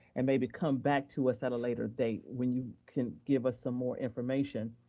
and maybe come back to us at a later date, when you can give us some more information.